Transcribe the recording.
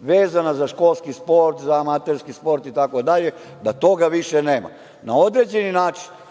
vezana za školski sport, za amaterski sport i tako dalje, da toga više nema. Na određeni način